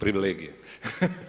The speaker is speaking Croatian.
Privilegije.